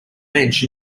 bench